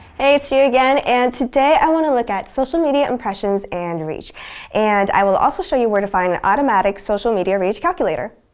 hey, it's chia again, and today i want to look at social media impressions and reach and i will also show you where to find an automatic social media reach calculator.